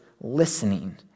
listening